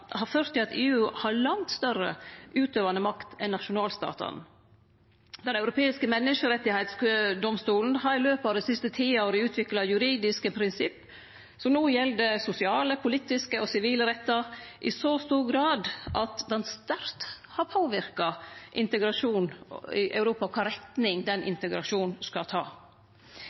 har ført til at EU har langt større utøvande makt enn nasjonalstatane. Den europeiske menneskerettsdomstolen har i løpet av dei siste tiåra utvikla juridiske prinsipp som no gjeld sosiale, politiske og sivile rettar i så stor grad at han sterkt har påverka integrasjonen i Europa – kva retning integrasjonen skal ta.